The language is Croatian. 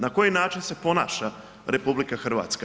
Na koji način se ponaša RH?